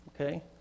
Okay